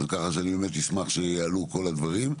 אז ככה שאני באמת אשמח שיעלו כל הדברים.